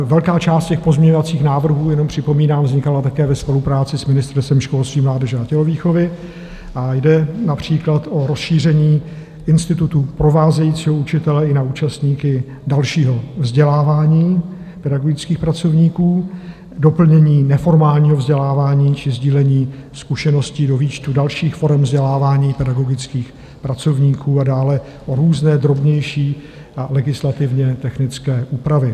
Velká část pozměňovacích návrhů, jenom připomínám, vznikala také ve spolupráci s Ministerstvem školství, mládeže a tělovýchovy a jde například o rozšíření institutu provázejícího učitele i na účastníky dalšího vzdělávání pedagogických pracovníků, doplnění neformálního vzdělávání či sdílení zkušeností do výčtu dalších forem vzdělávání pedagogických pracovníků a dále o různé drobnější a legislativně technické úpravy.